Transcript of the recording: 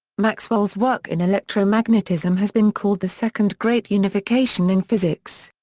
maxwell's work in electromagnetism has been called the second great unification in physics.